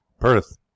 Perth